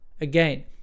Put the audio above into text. again